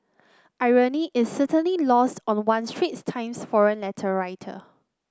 irony is certainly lost on one Straits Times forum letter writer